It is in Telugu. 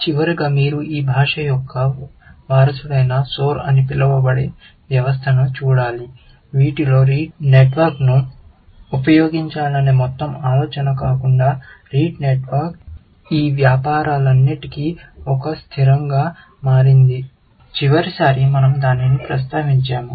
చివరగా మీరు ఈ భాష యొక్క వారసుడైన సోర్ అని పిలువబడే వ్యవస్థను చూడాలి వీటిలో RETE నెట్వర్క్ను ఉపయోగించాలనే మొత్తం ఆలోచన కాకుండా RETE నెట్వర్క్ ఈ వ్యాపారాలన్నిటిలో ఒక స్థిరంగా మారింది చివరిసారి దీనిని మనం చర్చించాము